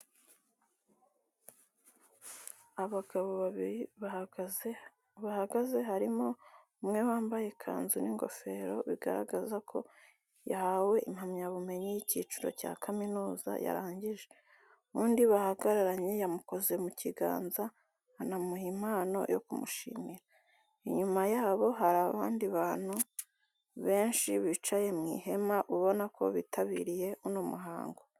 Abagabo babiri bahagaze, harimo umwe wambaye ikanzu n'ingofero bigaragaza ko yahawe impamyabumenyi y'icyiciro cya kaminuza yarangije. Undi bahagararanye yamukoze mu kiganza anamuha impano yo kumushimira. Inyuma yabo hari abandi bantu benshi bicaye mu ihema ubona ko bitabiriye uno muhango.